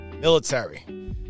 military